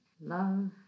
love